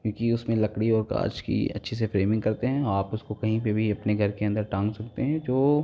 क्योंकि उसमें लकड़ी और काँच की अच्छे से फ़्रेमिंग करते हैं और आप उसको कहीं भी अपने घर के अंदर टांग सकते हैं जो